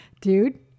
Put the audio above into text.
dude